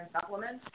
supplements